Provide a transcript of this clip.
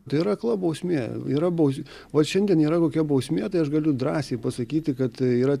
tai yra akla bausmė yra baus vat šiandien yra kokia bausmė tai aš galiu drąsiai pasakyti kad yra